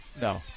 No